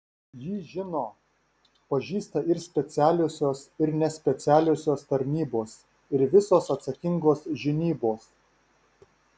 jį žino pažįsta ir specialiosios ir nespecialiosios tarnybos ir visos atsakingos žinybos